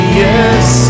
yes